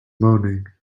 moaning